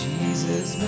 Jesus